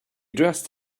dressed